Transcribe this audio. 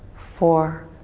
four,